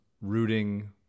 rooting